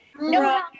no